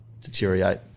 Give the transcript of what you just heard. deteriorate